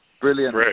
brilliant